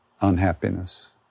unhappiness